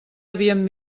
havien